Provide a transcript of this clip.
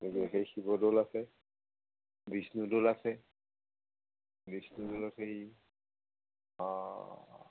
গতিকে সেই শিৱ দৌল আছে বিষ্ণু দৌল আছে বিষ্ণু দৌলত সেই